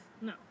No